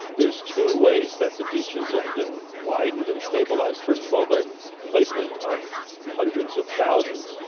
there's two ways that the beaches have been widened and stabilised, first of all by placement of hundreds of thousands,